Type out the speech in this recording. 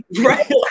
right